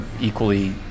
equally